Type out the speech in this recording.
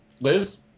Liz